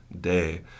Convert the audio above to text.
day